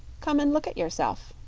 come and look at yourself.